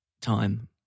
time